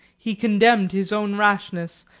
he condemned his own rashness,